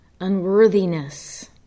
unworthiness